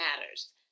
matters